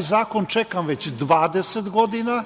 zakon čekam već 20 godina.